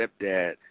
stepdad